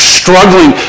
struggling